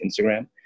Instagram